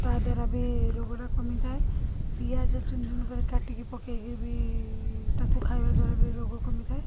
ତାଦ୍ଵାରା ବି ରୋଗଟା କମିଥାଏ ପିଆଜ ଚୁନଚୁନ କରି କାଟିକି ପକାଇକି ବି ତାକୁ ଖାଇବା ଦ୍ୱାରା ବି ରୋଗ କମିଥାଏ